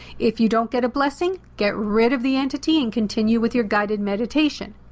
if you don't get a blessing, get rid of the entity and continue with your guided meditation.